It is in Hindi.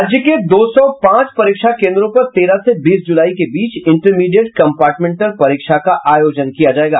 राज्य के दो सौ पांच परीक्षा केन्द्रों पर तेरह से बीस जुलाई के बीच इंटरमीडिएट कम्पार्टमेंटल परीक्षा का आयोजन किया जायेगा